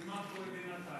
ומה קורה בינתיים?